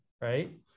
Right